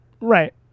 right